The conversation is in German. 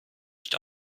nicht